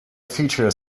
feature